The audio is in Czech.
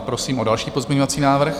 Prosím o další pozměňovací návrh.